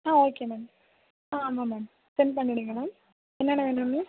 ஆ okay ma'am ஆ ஆமாம் ma'am sent பண்ணிவிடுங்க மேம் என்னென்ன வேணும்ன்னு